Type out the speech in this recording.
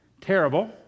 terrible